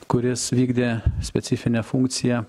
kuris vykdė specifinę funkciją